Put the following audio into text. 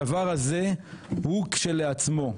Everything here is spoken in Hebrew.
הדבר הזה הוא כשלעצמו,